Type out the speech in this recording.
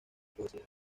poesía